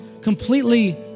completely